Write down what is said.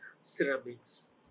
ceramics